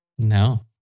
No